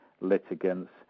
litigants